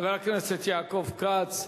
חבר הכנסת יעקב כץ,